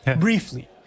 briefly